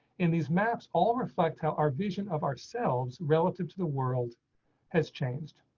and these maps all reflect how our vision of ourselves, relative to the world has changed.